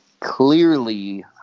Clearly